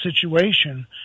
situation